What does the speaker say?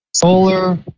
Solar